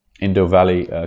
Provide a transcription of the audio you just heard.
Indo-Valley